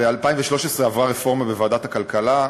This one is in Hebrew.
ב-2013 עברה רפורמה בוועדת הכלכלה,